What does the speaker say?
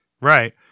right